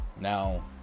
now